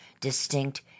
distinct